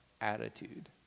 attitude